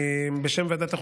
בשם ועדת החוקה,